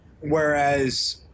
Whereas